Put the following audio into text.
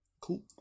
Cool